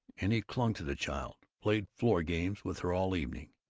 and he clung to the child, played floor-games with her all evening.